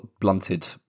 blunted